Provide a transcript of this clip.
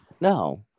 No